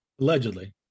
Allegedly